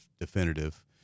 definitive